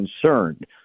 concerned